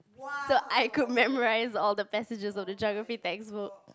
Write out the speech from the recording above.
so I could memorise all the passages of the geography textbook